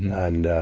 and,